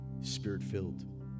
spirit-filled